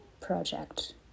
project